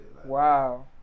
Wow